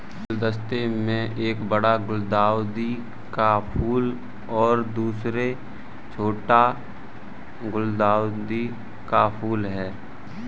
गुलदस्ते में एक बड़ा गुलदाउदी का फूल और दूसरा छोटा गुलदाउदी का फूल है